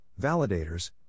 validators